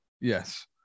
Yes